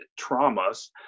traumas